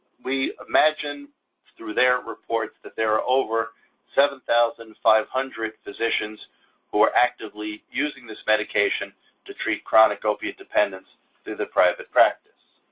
we imagine through their reports that there are over seven thousand five hundred physicians who are actively using this medication to treat chronic opioid dependence through their private practice.